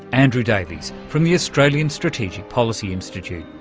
andrew davies from the australian strategic policy institute.